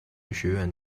学院